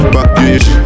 Package